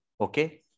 Okay